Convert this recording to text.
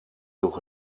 door